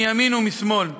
מימין ומשמאל.